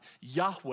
Yahweh